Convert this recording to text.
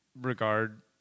regard